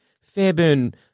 Fairburn